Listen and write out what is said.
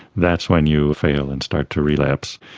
that's when you fail and start to relapse.